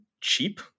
cheap